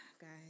guys